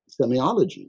semiology